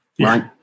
right